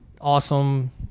awesome